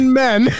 men